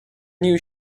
knew